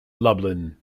lublin